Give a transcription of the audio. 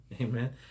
Amen